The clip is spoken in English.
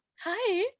hi